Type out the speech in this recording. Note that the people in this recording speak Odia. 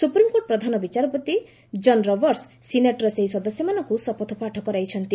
ସୁପ୍ରିମ୍କୋର୍ଟ ପ୍ରଧାନ ବିଚାରପତି କନ୍ ରବର୍ଟସ୍ ସିନେଟ୍ର ସେହି ସଦସ୍ୟମାନଙ୍କୁ ଶପଥ ପାଠ କରାଇଛନ୍ତି